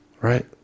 right